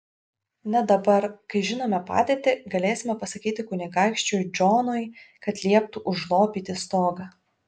na dabar kai žinome padėtį galėsime pasakyti kunigaikščiui džonui kad lieptų užlopyti stogą